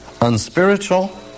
unspiritual